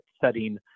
setting